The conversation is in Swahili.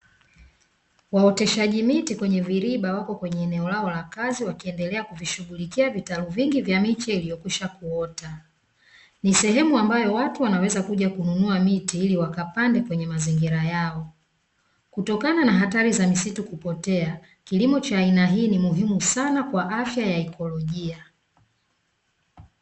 Waoteshaji miti kwenye viriba wapo kwenye eneo lao la kazi wakiendelea kuvishughulikia vitalu vingi vya miche iliyokwisha kuota, ni sehemu ambayo watu wanaweza kuja kununua miti ili wakapande kwenye mazingira yao, kutokana na hatari za misitu kupotea kilimo cha aina hii ni muhimu sana kwa afya ya ekolojia.